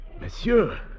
Monsieur